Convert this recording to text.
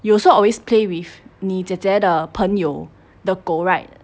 you also always play with 你姐姐的朋友的狗 right